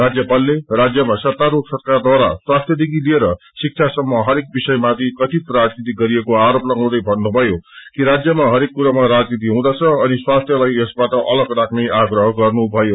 राज्यपालले राज्यमा सत्ताक्ष्ट सरकारद्वारा स्वास्थ्यदेखि लिएर शिक्षासम्म हरेक विषयामाथि कथित राजनीति गरिएको आरोप लागाउँदै भन्नुभ्जयो कि राज्यमा हरेक कुरोमा राजनीति हुँदछ अनि स्वास्थ्यलाई यसबाट अलग राख्ने आग्रह गर्नुभयो